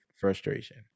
frustration